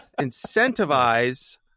Incentivize